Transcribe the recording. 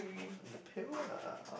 in the pail ah